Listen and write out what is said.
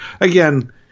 Again